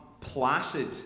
placid